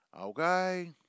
Okay